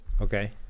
Okay